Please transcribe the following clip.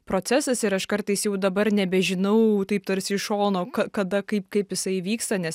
procesas ir aš kartais jau dabar nebežinau taip tarsi iš šono ka kada kaip kaip jisai vyksta nes